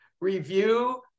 Review